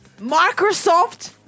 Microsoft